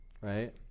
right